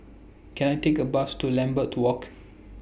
Can I Take A Bus to Lambeth to Walk